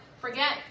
Forget